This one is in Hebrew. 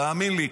תאמין לי.